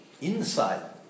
inside